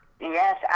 Yes